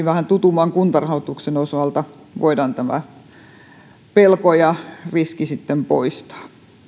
vähän tutumman kuntarahoituksen osalta voidaan tämä pelko ja riski sitten poistaa